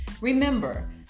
Remember